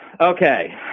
Okay